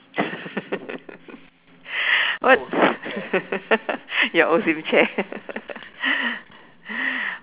what your OSIM chair